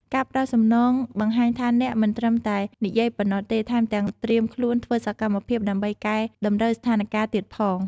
ការផ្តល់សំណងបង្ហាញថាអ្នកមិនត្រឹមតែនិយាយប៉ុណ្ណោះទេ ថែមទាំងត្រៀមខ្លួនធ្វើសកម្មភាពដើម្បីកែតម្រូវស្ថានការណ៍ទៀតផង។